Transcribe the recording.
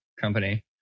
company